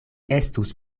estus